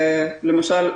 למשל,